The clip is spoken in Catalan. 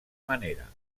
manera